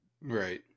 Right